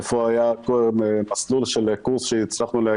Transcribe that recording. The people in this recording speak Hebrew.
איפה היה מסלול של קורס שהצלחנו,